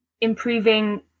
improving